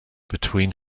between